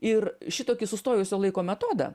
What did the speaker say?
ir šitokį sustojusio laiko metodą